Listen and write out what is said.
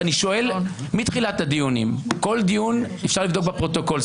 ואני שואל מתחילת הדיונים אפשר לבדוק בפרוטוקול,